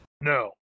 No